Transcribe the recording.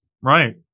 right